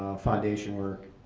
foundation work,